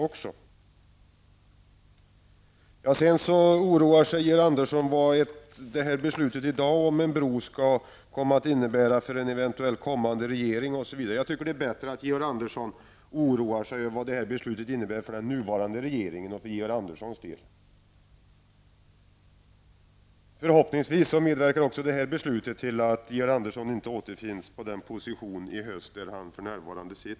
Georg Andersson oroar sig för vad dagens beslut om en bro skall komma att innebära för en eventuell kommande regering. Det är bättre, tycker jag, att Georg Andersson oroar sig över vad detta beslut kommer att innebära för den nuvarande regeringen och för Georg Andersson. Förhoppningsvis medverkar också detta beslut till att Georg Andersson inte i höst återfinns på den position som han för närvarande har.